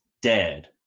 dead